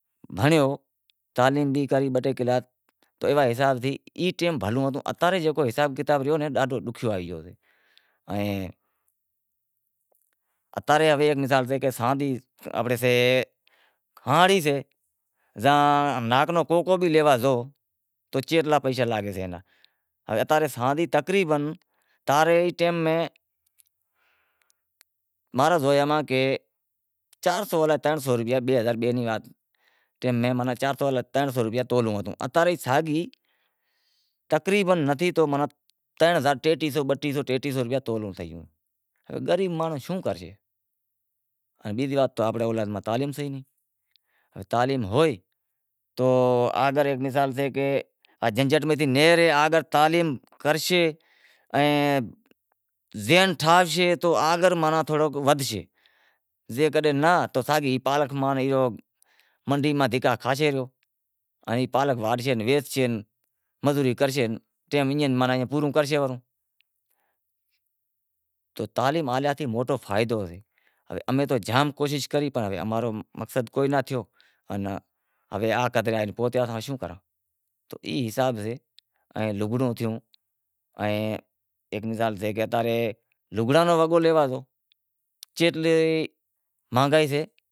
ہنڑیو، تعلیم بھی کری بہ ٹے کلاس، ای ٹیم بھلو ہتو، اتا رے جیکو حساب کتاب رہیو، ڈاڈہو ڈوکھیو آئے گیو سے، اتا رے ایک حساب سے سادی آنپڑے زاں اتارے ٹیم میں بئے ہزار بہ رے ٹیم میں بئے ہزار یا ترن ہزار روپیا تولو ہتو اتا رے ساگی تقریبن نتھی ترن ہزار بٹیٹہہ روپیا تولو ہتو، غریب مانڑو شوں کرسے، بیزی وات کہ کہ آنپڑے اولاد میں تعلیم سے نائیں، تولیم ہوئے تو آگر جھنجھٹ میں سے نیہرے آگر تعلیم کرشے ائیں ذہن ٹھاوشے تو ماناں آگر تھوڑو ودھشے، زیکڈنہں ناں تو منڈی ماں دہکا کھاشے ای پالک واڈھشے ان ویسسے مزوری کرسے ٹیم ماناں ایئں پورو کرشے پرہو، تعلیم ماں ماناں جام فائدو سے امیں تو جام کوشش کری پنڑ اماں رو فرق کوئی ناں تھیو، ہوے شوں کراں تو ای حساب سے، ایک مثال سے کہ لگڑاں رو وگو لیو ایتلی منہنگائی سے۔